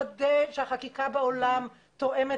אנחנו צריכים לוודא שהחקיקה בעולם תואמת